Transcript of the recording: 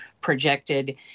projected